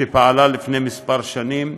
שפעלה לפני כמה שנים.